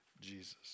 Jesus